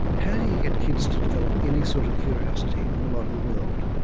how do you get kids to develop any sort of curiosity in the modern world?